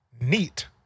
Neat